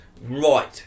Right